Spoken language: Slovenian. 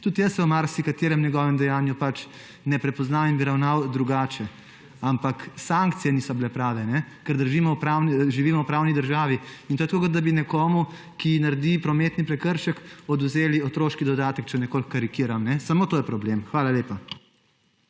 Tudi jaz se v marsikaterem njegovem dejanju ne prepoznam in bi ravnal drugače, ampak sankcije niso bile prave, ker živimo v pravni državi. To je tako, kot da bi nekomu, ki naredi prometni prekršek, odvzeli otroški dodatek, če nekoliko karikiram. Samo to je problem. Hvala lepa.